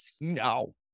No